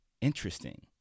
interesting